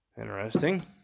Interesting